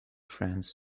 friends